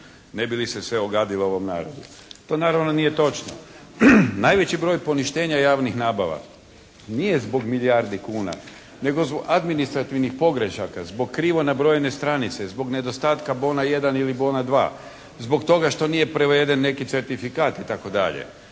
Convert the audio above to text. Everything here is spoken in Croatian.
ne bi li se sve ogadilo ovom narodu. To naravno nije točno. Najveći broj poništenja javnih nabava nije zbog milijardi kuna, nego zbog administrativnih pogrešaka, zbog krivo nabrojene stranice, zbog nedostatka BON-a jedana ili BON-a dva, zbog toga što nije preveden neki certifikat itd.